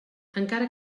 encara